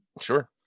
Sure